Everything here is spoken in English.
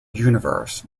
universe